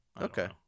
Okay